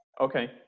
okay